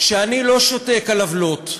שאני לא שותק על עוולות,